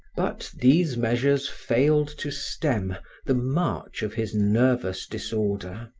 but these measures failed to stem the march of his nervous disorder.